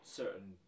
certain